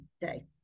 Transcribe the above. day